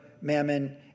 mammon